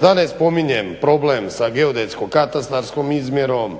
Da ne spominjem problem sa geodetsko-katastarskom izmjerom,